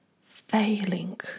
failing